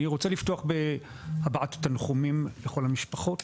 אני רוצה לפתוח בהבעת תנחומים לכל המשפחות.